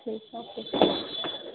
ٹھیک ہے اوکے